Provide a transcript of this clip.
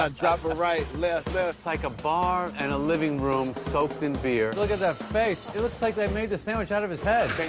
ah drop a right, left, left. it's like a bar and a living room soaked in beer. look at that face. it looks like they made the sandwich out of his head.